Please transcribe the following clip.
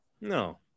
No